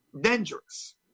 dangerous